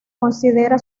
considera